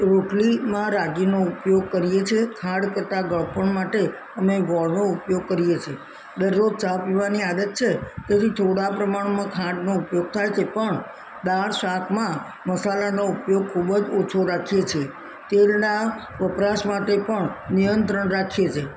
રોટલીમાં રાગીનો ઉપયોગ કરીએ છે ખાંડ કરતાં ગળપણ માટે અમે ગોળનો ઉપયોગ કરીએ છે દરરોજ ચા પીવાની આદત છે તેથી થોડા પ્રમાણમાં ખાંડનો ઉપયોગ થાય છે પણ દાળ શાકમાં મસાલાનો ઉપયોગ ખૂબ જ ઓછો રાખીએ છે તેલના વપરાશ માટે પણ નિયંત્રણ રાખીએ છે